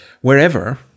wherever